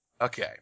Okay